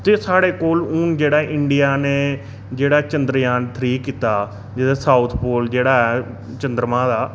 ते साढ़े कोल हुन जेह्ड़ा इंडिया ने जेह्ड़ा चंद्रयान थ्री कीता जेह्दा साउथ पोल जेह्ड़ा ऐ चंद्रमा दा